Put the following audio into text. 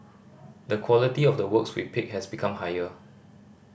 the quality of the works we pick has become higher